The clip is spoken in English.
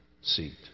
seat